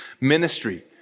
ministry